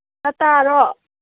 ꯂꯇꯥꯔꯣ